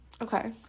okay